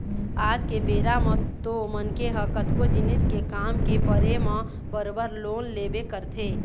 आज के बेरा म तो मनखे ह कतको जिनिस के काम के परे म बरोबर लोन लेबे करथे